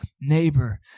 neighbor